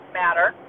matter